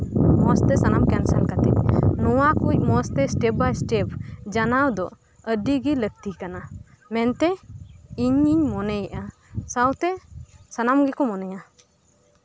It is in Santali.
ᱢᱚᱸᱡᱛᱮ ᱥᱟᱱᱟᱢ ᱠᱮᱱᱥᱮᱞ ᱠᱟᱛᱮᱫ ᱱᱚᱣᱟ ᱠᱚ ᱢᱚᱸᱡᱛᱮ ᱮᱥᱴᱮᱯ ᱵᱟᱭ ᱥᱴᱮᱯ ᱡᱟᱱᱟᱣ ᱫᱚ ᱟᱹᱰᱤᱜᱮ ᱞᱟᱹᱠᱛᱤ ᱠᱟᱱᱟ ᱢᱮᱱᱛᱮ ᱤᱧᱤᱧ ᱢᱚᱱᱮᱭᱮᱫᱟ ᱥᱟᱱᱟᱢ ᱜᱮᱠᱚ ᱢᱚᱱᱮᱭᱟ